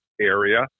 area